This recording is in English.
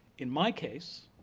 in my case,